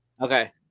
okay